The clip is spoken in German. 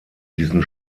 diesen